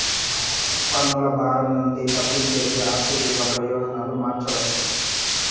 పన్నుల భారం నుండి తప్పించేకి ఆస్తి విలువ ప్రయోజనాలు మార్చవచ్చు